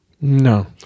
No